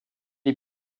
est